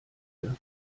ihr